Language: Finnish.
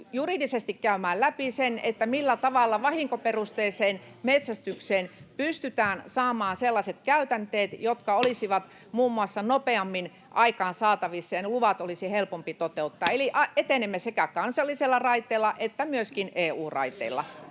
juridisesti käymään läpi sen, millä tavalla vahinkoperusteiseen metsästykseen pystytään saamaan sellaiset käytänteet, että ne olisivat muun muassa nopeammin aikaansaatavissa ja ne luvat olisi helpompi toteuttaa. Eli etenemme sekä kansallisella raiteella että EU-raiteella.